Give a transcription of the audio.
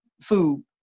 food